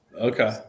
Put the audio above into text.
okay